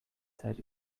said